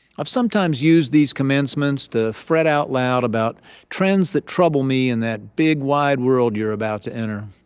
i've sometimes used these commencements to fret out loud about trends that trouble me in that big, wide world you're about to enter.